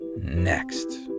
next